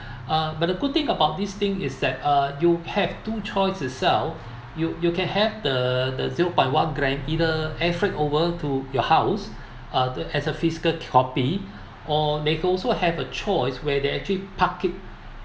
uh but the good thing about this thing is that uh you have two choice itself you you can have the the zero point one gram either air freight over to your house uh as a physical copy or they also have a choice where they actually park it